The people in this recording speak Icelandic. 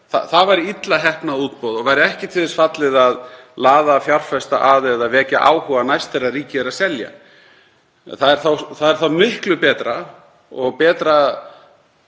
það væri illa heppnað útboð og ekki til þess fallið að laða að fjárfesta eða vekja áhuga næst þegar ríkið er að selja. Það er miklu betra og betra